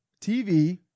TV